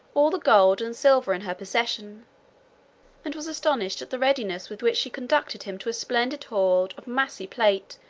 all the gold and silver in her possession and was astonished at the readiness with which she conducted him to a splendid hoard of massy plate,